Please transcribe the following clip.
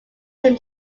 him